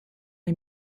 les